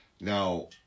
Now